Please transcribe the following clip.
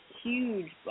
huge